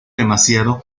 demasiado